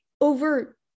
over